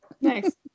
Nice